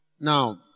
Now